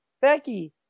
Becky